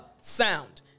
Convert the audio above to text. sound